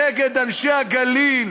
נגד אנשי הגליל,